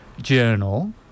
Journal